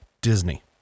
Disney